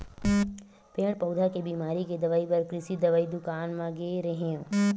पेड़ पउधा के बिमारी के दवई बर कृषि दवई दुकान म गे रेहेंव